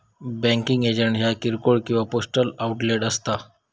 banking agent ह्या किरकोळ किंवा पोस्टल आउटलेट असा